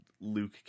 Luke